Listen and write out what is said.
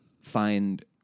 find